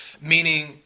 Meaning